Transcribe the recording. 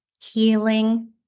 healing